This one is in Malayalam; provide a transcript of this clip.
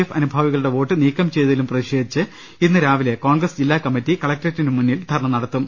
എഫ് അനുഭാവികളുടെ വോട്ട് നീക്കം ചെയ്തതിലും പ്രതിഷേധിച്ച് ഇന്ന് രാവിലെ കോൺഗ്രസ് ജില്ലാ കമ്മിറ്റി കലക്ടറേറ്റിന് മുന്നിൽ ധർണ്ണ നടത്തും